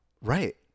Right